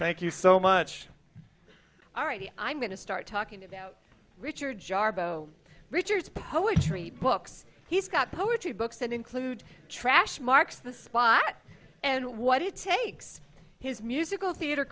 thank you so much already i'm going to start talking about richard jarboe richard's poetry books he's got poetry books that include trash marks the spot and what it takes his musical theater